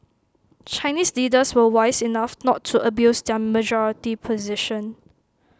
Chinese leaders were wise enough not to abuse their majority position